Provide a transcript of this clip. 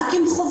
רק עם חובות.